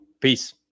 Peace